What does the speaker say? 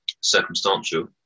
circumstantial